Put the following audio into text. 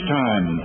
time